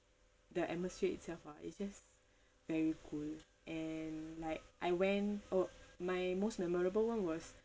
the atmosphere itself ah it's just very cool and like I went oh my most memorable [one] was